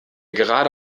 gerade